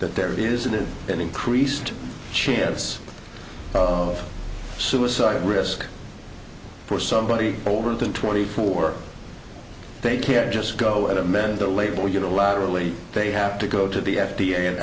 that there is an increased chance of suicide risk for somebody older than twenty four they can't just go at a med and the label unilaterally they have to go to the f d a and